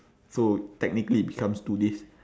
so technically it becomes two days